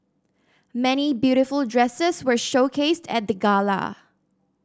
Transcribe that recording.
many beautiful dresses were showcased at the gala